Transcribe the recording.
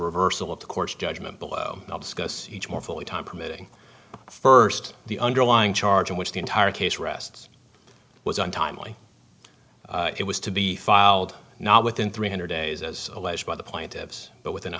reversal of course judgment below i'll discuss each more fully time permitting first the underlying charge in which the entire case rests was untimely it was to be filed not within three hundred days as alleged by the plaintiffs but within